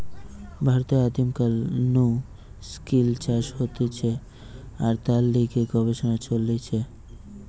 ভারতে আদিম কাল নু সিল্ক চাষ হতিছে আর তার লিগে গবেষণা চলিছে